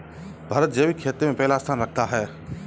भारत जैविक खेती में पहला स्थान रखता है